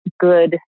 good